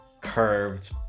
curved